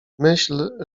myśl